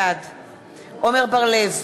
בעד עמר בר-לב,